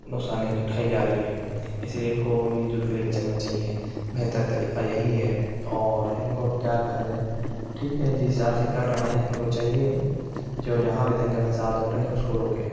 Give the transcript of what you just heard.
نقصانیت اٹھائی جا رہی ہے اسی لیے ان کو مل جل کے لے کے چلنا چاہیے بہتر طریقہ یہی ہے اور ان کو کیا کہا جائے ٹھیک ہے جس حساب سے کر رہے ہیں ان کو چاہیے جو جہاں بھی دنگے فساد ہو رہے ہیں اس کو روکیں